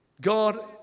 God